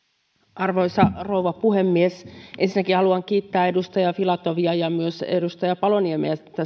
arvoisa rouva puhemies ensinnäkin haluan kiittää edustaja filatovia ja myös edustaja paloniemeä